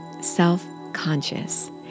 self-conscious